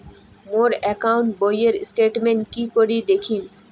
মোর account বইয়ের statement কি করি দেখিম?